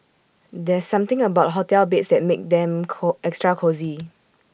there's something about hotel beds that makes them call extra cosy